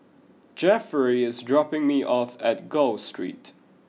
Jefferey is dropping me off at Gul Street